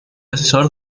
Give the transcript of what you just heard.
asesor